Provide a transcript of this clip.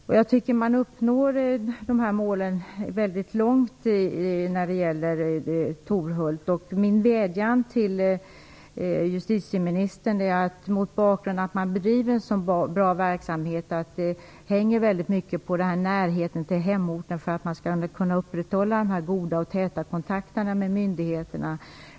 De här målen uppnås i väldigt stor omfattning på Torhult. Man kan bedriva en så framgångsrik verksamhet mycket tack vare närheten till de intagnas hemorter. Detta är en förutsättning för att man skall kunna upprätthålla den goda och täta kontakten med myndigheterna.